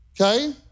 okay